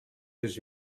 his